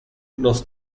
nos